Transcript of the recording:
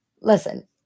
Listen